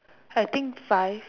I think five